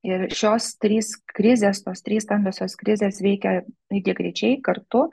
ir šios trys krizės tos trys stambiosios krizės veikia lygiagrečiai kartu